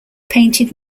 painted